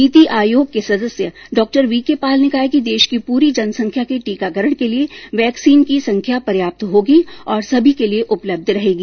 नीति आयोग के सदस्य डॉ वीके पॉल ने कहा कि देश की पूरी जनसंख्या के टीकाकरण के लिए वैक्सीन की संख्या पर्याप्त होगी और सभी के लिए उपलब्ध रहेगी